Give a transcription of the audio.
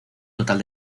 total